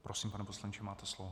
Prosím, pane poslanče, máte slovo.